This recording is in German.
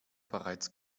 bereits